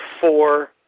four